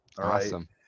Awesome